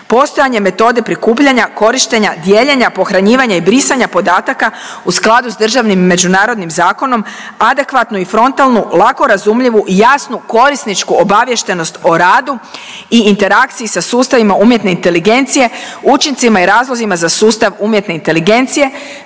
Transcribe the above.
postojanje metode prikupljanja, korištenja, dijeljenja, pohranjivanja i brisanja podataka u skladu sa državnim, međunarodnim zakonom, adekvatnu i frontalnu lako razumljivu i jasnu korisničku obaviještenost o radu i interakciji sa sustavima umjetne inteligencije, učincima i razlozima za sustav umjetne inteligencije,